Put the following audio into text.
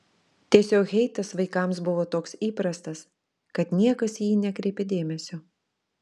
tiesiog heitas vaikams buvo toks įprastas kad niekas į jį nekreipė dėmesio